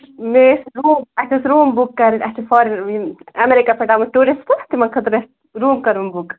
مےٚ ٲسۍ روٗم اَسہِ ٲسۍ روٗم بُک کَرٕنۍ اَسہِ چھِ فارٮ۪ن یِم اٮ۪مریٖکا پٮ۪ٹھ آمٕتۍ ٹوٗرِسٹ تِمَن خٲطرٕ اَسہِ روٗم کَرُن بُک